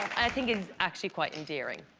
i think it's actually quite endearing.